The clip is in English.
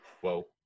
Whoa